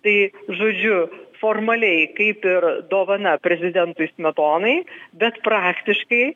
tai žodžiu formaliai kaip ir dovana prezidentui smetonai bet praktiškai